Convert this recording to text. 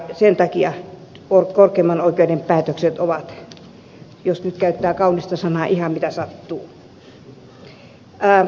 sen takia korkeimman oikeuden päätökset ovat jos nyt käyttää kaunista ilmaisua ihan mitä sattuu